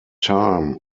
time